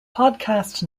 podcast